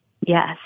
Yes